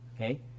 Okay